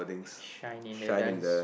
shy in the dance